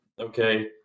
okay